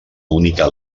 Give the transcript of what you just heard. única